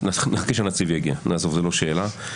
נחכה שהנציב יגיע, נעזוב, זו לא שאלה.